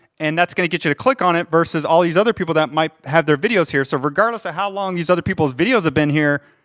and that's gonna get you to click on it versus all these other people that might have their videos here. so regardless of how long these other people's videos have been here,